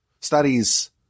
studies